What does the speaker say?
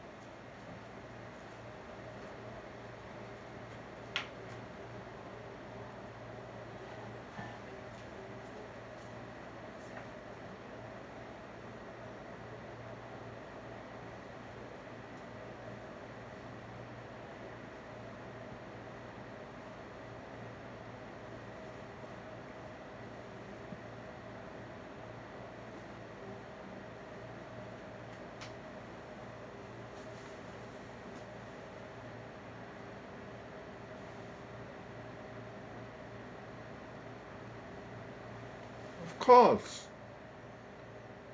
of course